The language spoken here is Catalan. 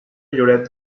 lloret